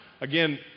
again